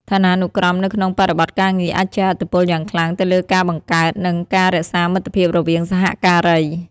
ឋានានុក្រមនៅក្នុងបរិបទការងារអាចជះឥទ្ធិពលយ៉ាងខ្លាំងទៅលើការបង្កើត និងការរក្សាមិត្តភាពរវាងសហការី។